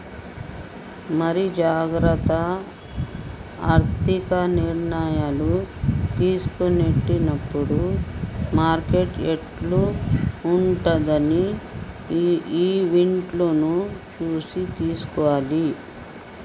మరి జాగ్రత్త ఆర్థిక నిర్ణయాలు తీసుకునేటప్పుడు మార్కెట్ యిట్ల ఉంటదని ఈవెంట్లను చూసి తీసుకోవాలి